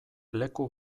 leku